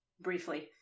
Briefly